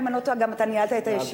אם אני לא טועה, אתה ניהלת את הישיבה.